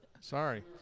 Sorry